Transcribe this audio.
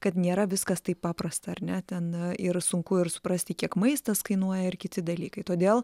kad nėra viskas taip paprasta ar ne ten ir sunku ir suprasti kiek maistas kainuoja ir kiti dalykai todėl